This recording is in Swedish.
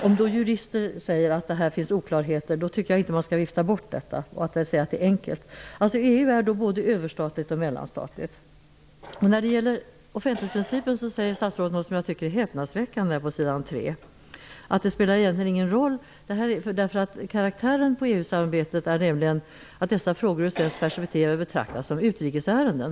Om jurister säger att det här finns oklarheter, tycker jag inte att det skall viftas bort med framhållande av att det i själva fallet är enkelt. EU är alltså både överstatligt och mellanstatligt. När det gäller offentlighetsprincipen säger statsrådet i sitt svar något som jag tycker är häpnadsväckande, nämligen att det egentligen inte spelar någon roll hur det förhåller sig härmed, eftersom karaktären på EU-samarbetet är sådan att dessa frågor ur svenskt perspektiv är att betrakta som utrikesärenden.